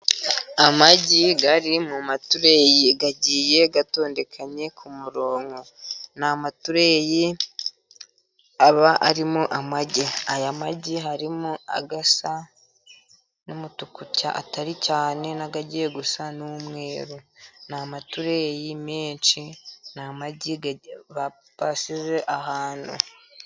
Amagi ari mu matureyi agiye atondekanye ku murongo, ni amatureyi aba arimo amagi, aya magi harimo asa n'umutuku atari cyane, n'agiye gusa n'umweru ni amatureyi menshi ,ni amagi bapashije ahantu.